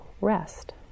rest